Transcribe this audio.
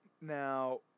Now